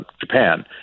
Japan